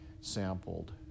sampled